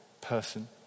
person